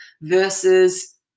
versus